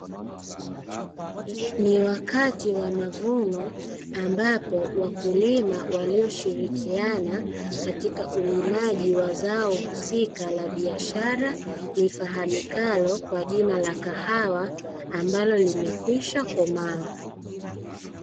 Ni wakati wa mavuno ambapo wakulima walioshirikiana katika ulimaji wa zao husika la biashara, lifahamikalo kwa jina la kahawa ambalo limekwisha komaa.